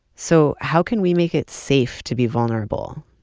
so how can we make it safe to be vulnerable,